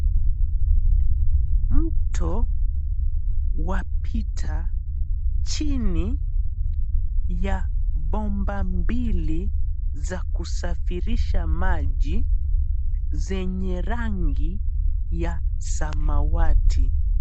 Mto wapita chini ya bomba mbili za kusafirisha maji zenye rangi ya samawati.